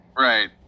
Right